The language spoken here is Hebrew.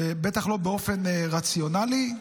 בטח לא באופן רציונלי,